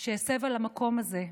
והסבה למקום הזה,